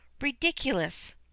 ridiculous